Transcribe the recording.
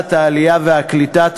לוועדת העלייה והקליטה.